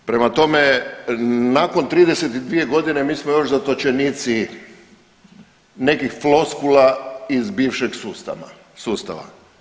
Prema tome, nakon 32 godine mi smo još zatočenici nekih floskula iz bivšeg sustava.